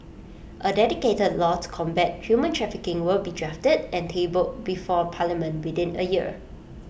A dedicated law to combat human trafficking will be drafted and tabled before parliament within A year